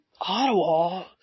Ottawa